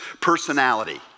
personality